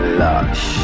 lush